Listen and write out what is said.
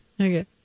Okay